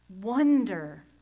Wonder